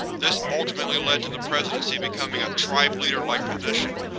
this ultimately led to the presidency becoming a tribe-leader-like position,